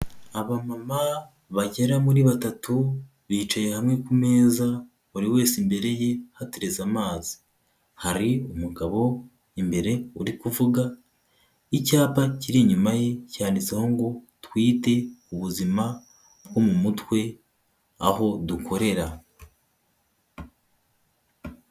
Abamama bagera muri batatu, bicaye hamwe ku meza, buri wese imbere ye hateretse amazi, hari umugabo imbere uri kuvuga, icyapa kiri inyuma ye cyanditseho ngo twite ku buzima bwo mu mutwe aho dukorera.